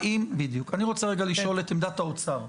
אני רוצה לשאול את עמדת האוצר.